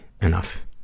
enough